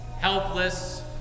helpless